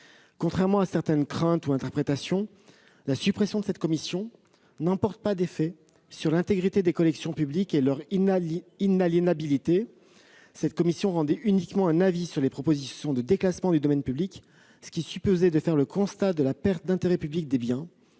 Contrairement à certaines craintes ou interprétations, la suppression de cette commission n'emporte pas d'effet sur l'intégrité des collections publiques et leur inaliénabilité : cette commission rendait uniquement un avis sur les propositions de déclassement du domaine public, ce qui supposait de faire le constat de la perte d'intérêt public des biens